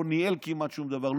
לא ניהל כמעט שום דבר,